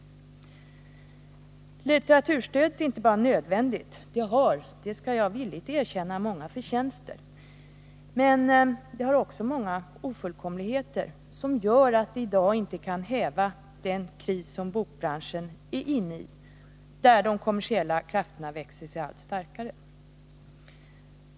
Litteraturstödet är nödvändigt. Det har, det skall villigt erkännas, många förtjänster men det har också många ofullkomligheter som gör att det inte kan häva branschens kris i ett läge där de kommersiella krafterna växer sig allt starkare.